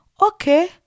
Okay